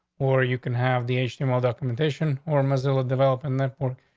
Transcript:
or you can have the asian email documentation or missouri developing that point.